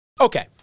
Okay